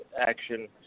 action